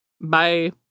bye